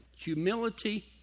Humility